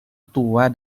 tua